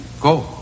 Go